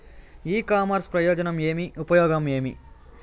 ఇ commerce ప్రయోజనం ఏమి? ఉపయోగం ఏమి?